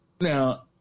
Now